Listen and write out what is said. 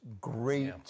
great